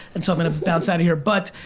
and so i'm gonna bounce out of here. but